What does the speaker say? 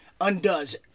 undoes